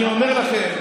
אני אומר לכם.